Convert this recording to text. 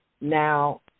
now